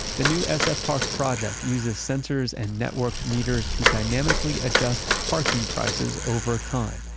the new sfpark project uses sensors and networked meters to dynamically adjust parking prices over time.